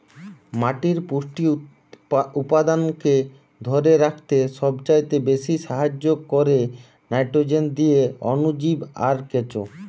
মাটির পুষ্টি উপাদানকে ধোরে রাখতে সবচাইতে বেশী সাহায্য কোরে নাইট্রোজেন দিয়ে অণুজীব আর কেঁচো